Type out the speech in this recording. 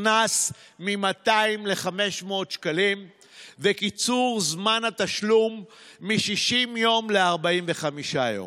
הקנס מ-200 ל-500 שקלים ועל קיצור זמן התשלום מ-60 יום ל-45 יום.